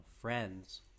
friends